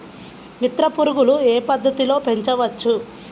మిత్ర పురుగులు ఏ పద్దతిలో పెంచవచ్చు?